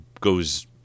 goes